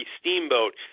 Steamboat